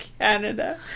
Canada